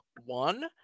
One